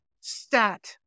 Stat